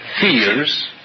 fears